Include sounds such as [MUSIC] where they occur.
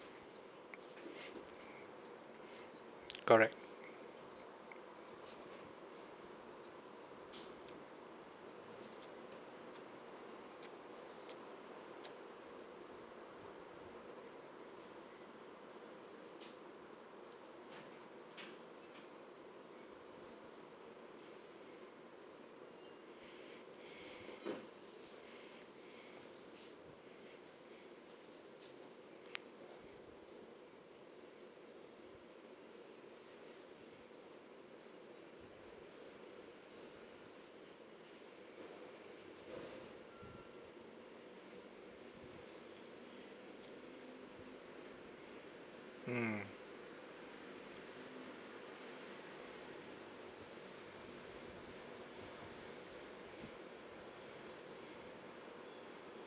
[NOISE] correct [NOISE] mm